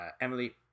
Emily